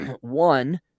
one